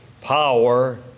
power